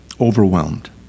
overwhelmed